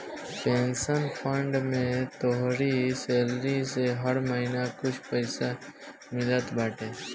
pension fund में तोहरी salary से हर महिना कुछ पईसा मिलत बाटे